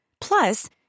Plus